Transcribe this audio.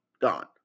Gone